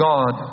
God